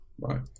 Right